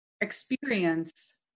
experience